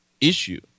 issue